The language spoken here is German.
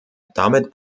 damit